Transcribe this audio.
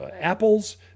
apples